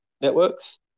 networks